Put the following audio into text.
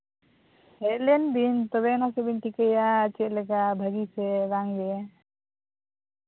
ᱦᱮᱡ ᱞᱮᱱ ᱵᱤᱱ ᱛᱚᱵᱮ ᱟᱱᱟᱜ ᱥᱮᱵᱮᱱ ᱴᱷᱤᱠᱟᱹᱭᱟ ᱪᱮᱫ ᱞᱮᱠᱟ ᱵᱷᱟᱜᱮ ᱥᱮ ᱵᱟᱝ ᱜᱮ